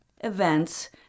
events